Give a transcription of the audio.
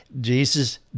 Jesus